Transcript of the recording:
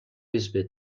bisbe